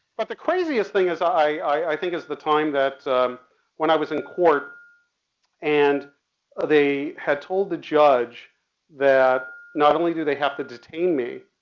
but the craziest thing is i think is the time that when i was in court and they had told the judge that not only do they have to detain me,